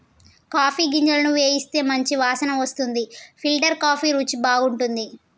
coffee గింజలను వేయిస్తే మంచి వాసన వస్తుంది ఫిల్టర్ కాఫీ రుచి బాగుంటది